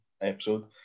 episode